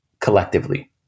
collectively